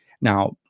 Now